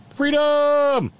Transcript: Freedom